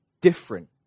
different